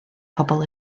pobol